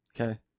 Okay